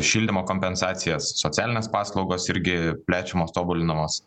šildymo kompensacijas socialinės paslaugos irgi plečiamos tobulinamos